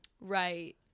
Right